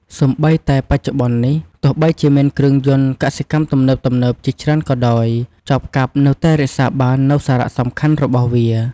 សូម្បីតែបច្ចុប្បន្ននេះ ទោះបីជាមានគ្រឿងយន្តកសិកម្មទំនើបៗជាច្រើនក៏ដោយ ចបកាប់នៅតែរក្សាបាននូវសារៈសំខាន់របស់វា។